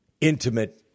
intimate